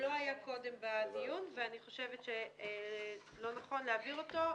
שלא היה קודם בדיון ואני חושבת שלא נכון להעביר אותו.